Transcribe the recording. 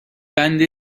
بند